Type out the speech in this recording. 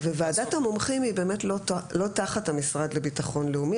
--- ועדת המומחים היא לא תחת המשרד לביטחון לאומי,